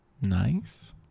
nice